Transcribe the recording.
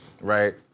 Right